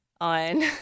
On